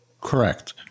Correct